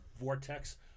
vortex